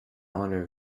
honour